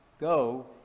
Go